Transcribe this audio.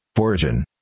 Origin